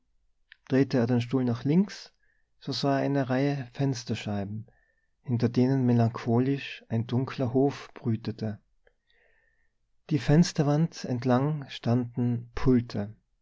drehte er den stuhl nach links so sah er eine reihe fensterscheiben hinter denen melancholisch ein dunkler hof brütete die fensterwand entlang standen pulte